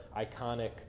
iconic